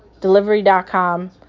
Delivery.com